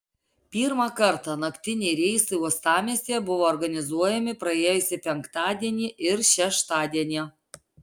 pirmą kartą naktiniai reisai uostamiestyje buvo organizuojami praėjusį penktadienį ir šeštadienį